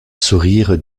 sourire